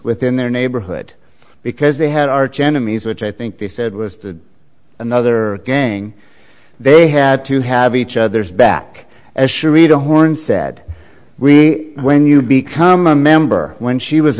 within their neighborhood because they had arch enemies which i think they said was another gang they had to have each other's back as she read a horn said we when you become a member when she was